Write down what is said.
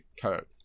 code